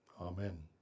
Amen